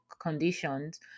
conditions